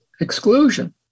exclusion